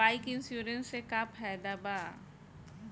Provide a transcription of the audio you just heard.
Bike insurance से का फायदा बा?